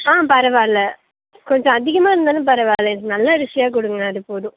ஆ பரவாயில்ல கொஞ்சம் அதிகமாக இருந்தாலும் பரவாயில்ல எனக்கு நல்ல அரிசியாக கொடுங்க அது போதும்